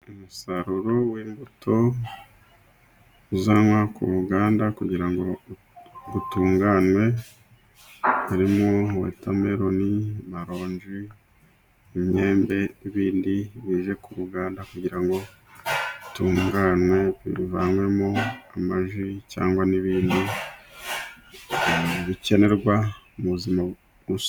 Umusaruro w'imbuto uzanwa ku ruganda kugira ngo utunganwe. Harimo wotameloni amaronji, imyembe n'ibindi bije ku ruganda kugira ngo itunganwe. Bivanwemo amaji cyangwa n'ibindi bikenerwa mu buzima bwa buri munsi.